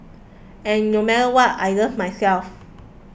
and no matter what I love myself